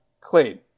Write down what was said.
clean